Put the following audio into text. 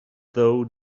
though